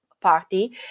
party